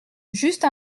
juste